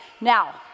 Now